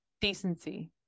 decency